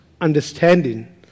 understanding